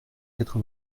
quatre